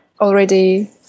already